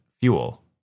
fuel